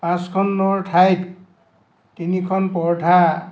পাঁচখনৰ ঠাইত তিনিখন পৰঠা